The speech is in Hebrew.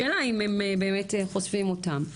השאלה אם הם באמת חושפים אותם?